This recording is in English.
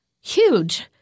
huge